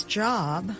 job